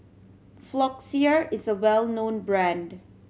Floxia is a well known brand